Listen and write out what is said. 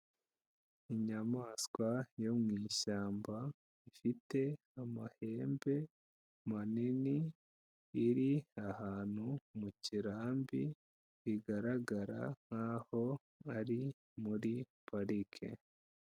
Inyamaswa yo mu ishyamba ifite amahembe manini, iri ahantu mu kirambi bigaragara nkaho ari muri parike.